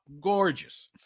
Gorgeous